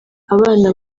abana